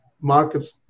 markets